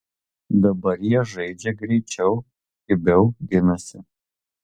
dabar jie žaidžia greičiau kibiau ginasi